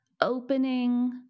opening